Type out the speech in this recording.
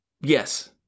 yes